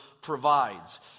provides